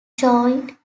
joined